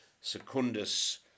Secundus